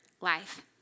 life